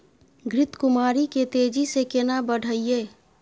घृत कुमारी के तेजी से केना बढईये?